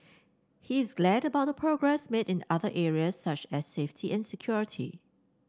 he is glad about the progress made in other areas such as safety and security